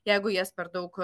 jeigu jas per daug